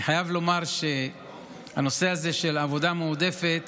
אני חייב לומר שהנושא הזה של עבודה מועדפת